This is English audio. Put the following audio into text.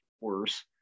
worse